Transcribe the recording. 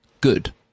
good